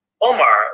Omar